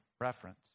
reference